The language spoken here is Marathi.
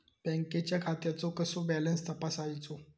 बँकेच्या खात्याचो कसो बॅलन्स तपासायचो?